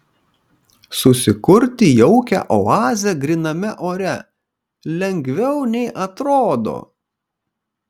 susikurti jaukią oazę gryname ore lengviau nei atrodo